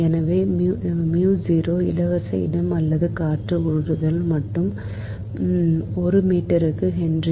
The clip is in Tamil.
எனவே இலவச இடம் அல்லது காற்றின் ஊடுருவல் மற்றும் ஒரு மீட்டருக்கு ஹென்றி